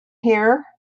here